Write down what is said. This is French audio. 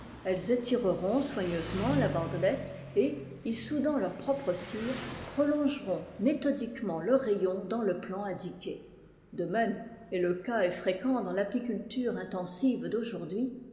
udant leur propre cire prolongeront méthodiquement le rayon dans le plan indiqué de même et le cas est fréquent dans tapiculture intensive d'aujourd'hui